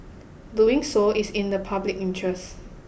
doing so is in the public interest